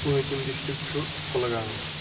پونٛژِم district چُھ کلگام